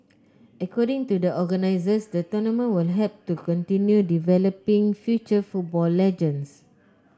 according to the organisers the tournament will help to continue developing future football legends